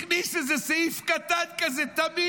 הכניס איזה סעיף קטן כזה תמים: